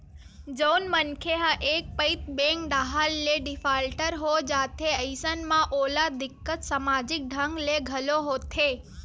जउन मनखे ह एक पइत बेंक डाहर ले डिफाल्टर हो जाथे अइसन म ओला दिक्कत समाजिक ढंग ले घलो होथे